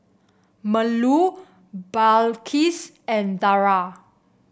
Melur Balqis and Dara